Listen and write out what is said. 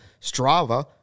Strava